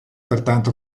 pertanto